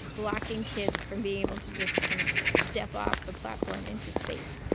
blocking kids from being able to just kind of step off the platform into space.